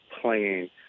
playing